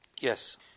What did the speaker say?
Yes